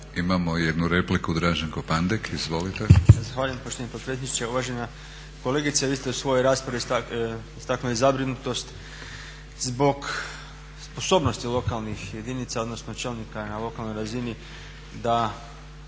Imamo jednu repliku, Draženko Pandek. Izvolite.